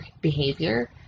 behavior